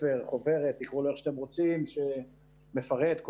חוברת שמפרטת,